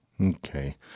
okay